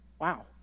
wow